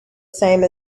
same